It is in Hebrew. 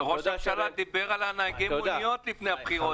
ראש הממשלה דיבר על נהגי המוניות לפני הבחירות,